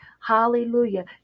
hallelujah